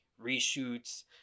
reshoots